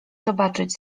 zobaczyć